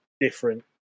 different